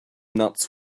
nuts